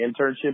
internship